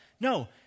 No